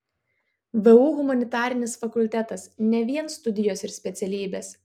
vu humanitarinis fakultetas ne vien studijos ir specialybės